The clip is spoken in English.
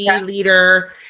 leader